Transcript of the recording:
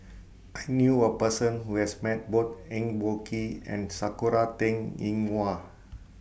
I knew A Person Who has Met Both Eng Boh Kee and Sakura Teng Ying Hua